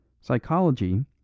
Psychology